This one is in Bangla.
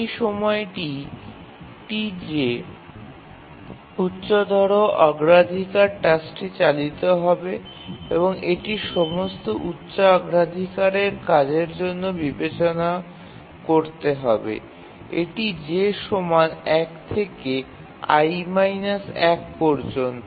সেই সময়টিই Tj উচ্চতর অগ্রাধিকার টাস্কটি চালিত হবে এবং এটি সমস্ত উচ্চ অগ্রাধিকারের কাজের জন্য বিবেচনা করতে হবে এটি j ১ থেকে i - ১ পর্যন্ত